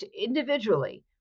individually